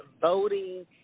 voting